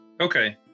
Okay